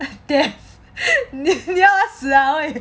deff ya sia